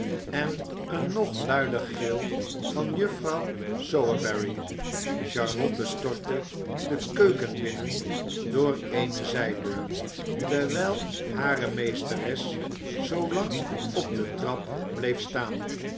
en een nog luider gil van juffrouw sowerberry charlotte stortte de keuken binnen door eene zijdeur terwijl hare meesteres zoolang op de trap bleef staan